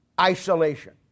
isolation